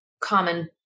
common